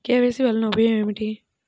KYC వలన ఉపయోగం ఏమిటీ?